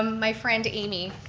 um my friend amy,